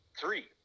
three